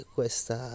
Questa